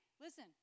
Listen